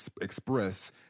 express